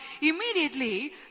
immediately